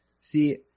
see